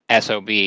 sob